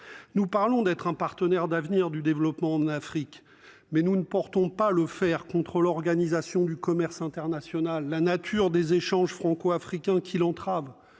Nous parlons d'être un partenaire d'avenir du développement en Afrique. Mais nous ne portons pas le faire contre l'organisation du commerce international. La nature des échanges franco-africains qui l'entrave.